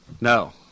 No